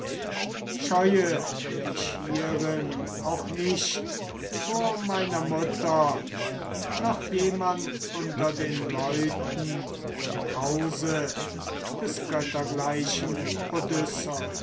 scheue dich hierin auch nicht vor meiner mutter noch jemand unter den leuten im hause des